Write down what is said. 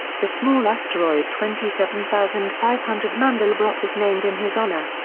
the small asteroid twenty seven thousand five hundred mandelbrot was named in his honor.